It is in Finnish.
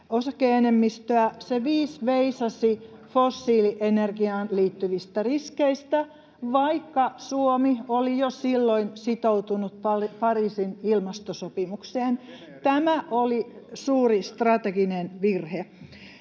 osake-enemmistöä, se viis veisasi fossiilienergiaan liittyvistä riskeistä, vaikka Suomi oli jo silloin sitoutunut Pariisin ilmastosopimukseen. Tämä oli suuri strateginen virhe.